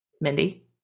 Mindy